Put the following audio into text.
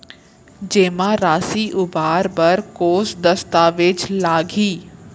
जेमा राशि उबार बर कोस दस्तावेज़ लागही?